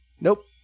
Nope